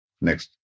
Next